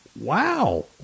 Wow